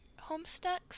Homestucks